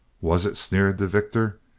was it? sneered the victor.